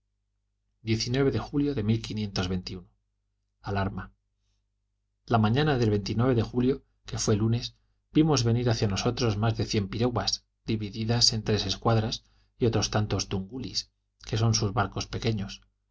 de julio de alarma la mañana del de julio que fué lunes vimos venir hacia nosotros más de cien piraguas dividadas en tres escuadras y otros tantos tungulisy que son sus barcos pequeños